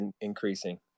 increasing